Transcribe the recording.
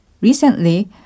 Recently